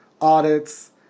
audits